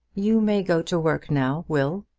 you may go to work now, will,